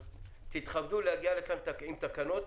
אז תתכבדו להגיע לכאן עם תקנות